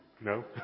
No